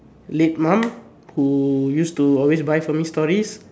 late mum who used to always buy for me stories